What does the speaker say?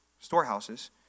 storehouses